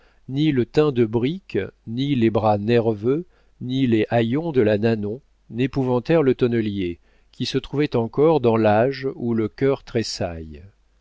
ni le teint de brique ni les bras nerveux ni les haillons de la nanon n'épouvantèrent le tonnelier qui se trouvait encore dans l'âge où le cœur tressaille